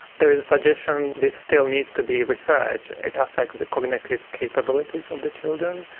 there is a suggestion. this still needs to be researched. it affects the cognitive capabilities of the children,